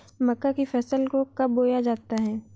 मक्का की फसल को कब बोया जाता है?